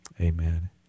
Amen